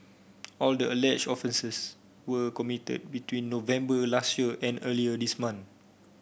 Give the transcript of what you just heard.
all the alleged offences were committed between November last year and earlier this month